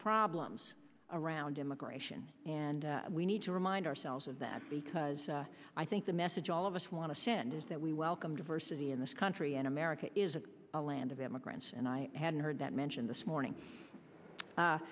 problems around immigration and we need to remind ourselves of that because i think the message all of us want to send is that we welcome diversity in this country and america is a land of immigrants and i hadn't heard that mention this morning